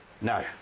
No